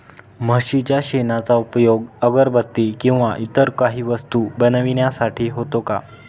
म्हशीच्या शेणाचा उपयोग अगरबत्ती किंवा इतर काही वस्तू बनविण्यासाठी होतो का?